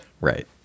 right